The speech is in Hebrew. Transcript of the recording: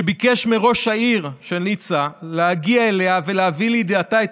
שביקש מראש העיר של ניצה להגיע אליה ולהביא לידיעתה את